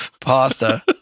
pasta